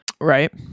right